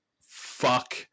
fuck